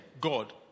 God